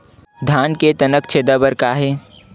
धान के तनक छेदा बर का हे?